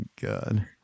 God